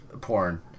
porn